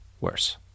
worse